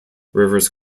rivers